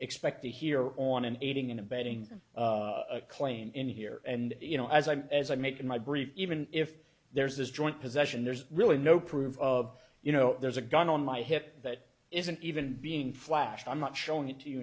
expect to hear on an aiding and abetting claim in here and you know as i as i make in my brief even if there's this joint possession there's really no proof of you know there's a gun on my hip that isn't even being flashed i'm not showing it to you